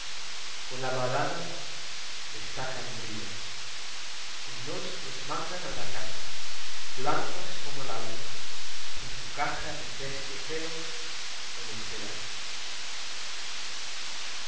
con la badana les sacan brillo y nos los mandan a la casa blancos como la luz en su caja de terciopelo o de seda